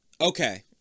Okay